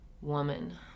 woman